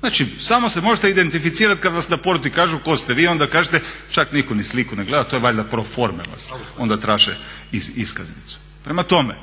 Znači samo se možete identificirati kada vas na porti kažu tko ste vi, onda kažete, čak nitko ni sliku ne gleda, to je valjda pro forme vas onda traže iskaznicu. Prema tome,